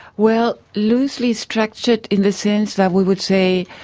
well loosely structured in the sense that we would say